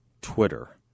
Twitter